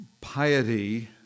piety